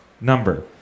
number